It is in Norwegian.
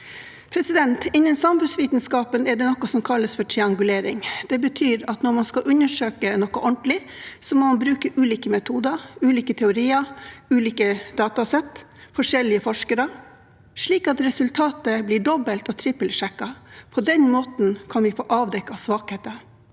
med. Innen samfunnsvitenskapen er det noe som kalles for triangulering. Det betyr at når man skal undersøke noe ordentlig, må man bruke ulike metoder, ulike teorier, ulike datasett og forskjellige forskere, slik at resultatet blir dobbelt og trippelt sjekket. På den måten kan vi få avdekket svakheter,